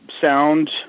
sound